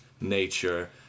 nature